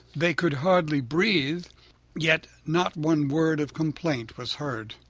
they could hardly breathe yet not one word of complaint was heard.